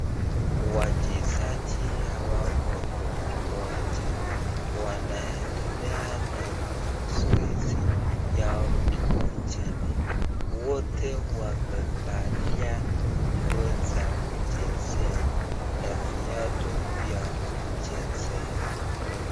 Wachezaji hawa wako kiwanja, wanaendelea na mazoezi yao kiwanjani. Wote wamevalia nguo za kuchezea na viatu vya kuchezea.